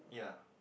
ya